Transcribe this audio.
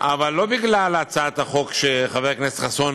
אבל לא בגלל הצעת החוק שחבר הכנסת חסון